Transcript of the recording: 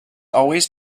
always